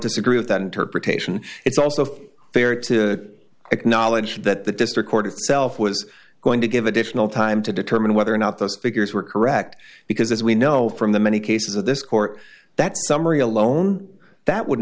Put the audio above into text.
disagree with that interpretation it's also fair to acknowledge that the district court itself was going to give additional time to determine whether or not those figures were correct because as we know from the many cases of this court that summary alone that would